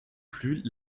plus